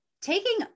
taking